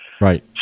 right